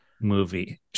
movie